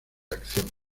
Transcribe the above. acción